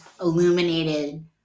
illuminated